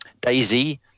Daisy